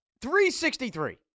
363